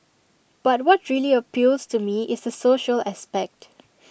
but what really appeals to me is A social aspect